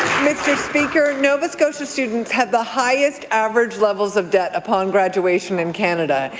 speaker, nova scotia students have the highest levels of debt upon graduation in canada.